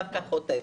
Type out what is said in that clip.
דווקא הוא חוטף.